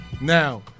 Now